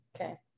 Okay